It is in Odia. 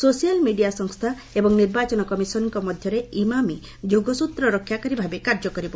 ସୋସିଆଲ୍ ମିଡ଼ିଆ ସଂସ୍ଥା ଏବଂ ନିର୍ବାଚନ କମିଶନଙ୍କ ମଧ୍ୟରେ ଇମାମି ଯୋଗସୂତ୍ର ରକ୍ଷାକାରୀ ଭାବେ କାର୍ଯ୍ୟ କରିବ